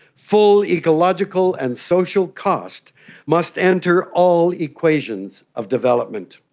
full ecological and social cost must enter all equations of development.